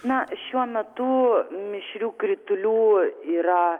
na šiuo metu mišrių kritulių yra